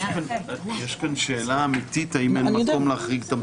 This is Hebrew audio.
יש כאן שאלה אמיתית האם אין מקום להחריג את המטופלים.